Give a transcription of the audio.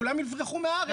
כולם יברחו מהארץ.